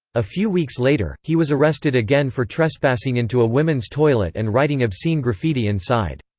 a few weeks later, he was arrested again for trespassing into a women's toilet and writing obscene graffiti inside.